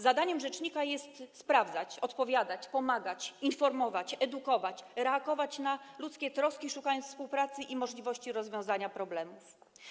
Zadaniem rzecznika jest sprawdzać, odpowiadać, pomagać, informować, edukować, reagować na ludzkie troski, szukając współpracy i możliwości rozwiązania problemów.